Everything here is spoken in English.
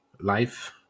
life